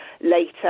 later